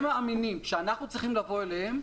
הם מאמינים שאנחנו צריכים לבוא אליהם,